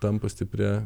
tampa stipria